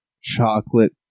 chocolate